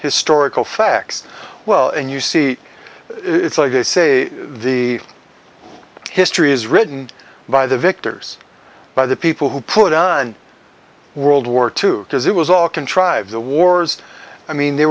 historical facts well and you see it's like they say the history is written by the victors by the people who put on world war two because it was all contrived the wars i mean they